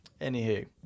Anywho